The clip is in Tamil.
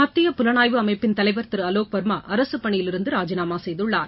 மத்திய புலனாய்வு அமைப்பின் தலைவர் திரு அலோக் வர்மா அரசுப்பணியிலிருந்து ராஜினாமா செய்துள்ளார்